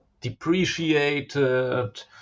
depreciated